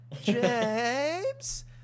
James